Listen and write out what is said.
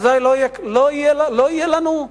אזי לא יהיה לנו,